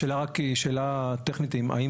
השאלה רק היא שאלה טכנית, האם